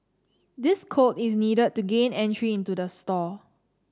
this code is needed to gain entry into the store